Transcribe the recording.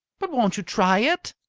but won't you try it?